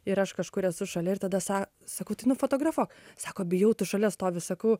ir aš kažkur esu šalia ir tada sa sakau tai nufotografuok sako bijau tu šalia stovi sakau